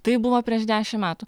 tai buvo prieš dešim metų